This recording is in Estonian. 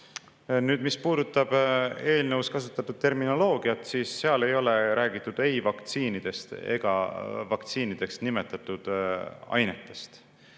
mis puudutab eelnõus kasutatud terminoloogiat, siis seal ei ole räägitud ei vaktsiinidest ega vaktsiinideks nimetatud ainetest.